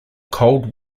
cold